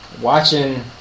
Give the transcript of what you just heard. watching